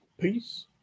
Peace